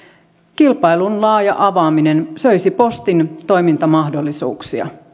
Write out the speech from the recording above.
kilpailun laaja avaaminen söisi postin toimintamahdollisuuksia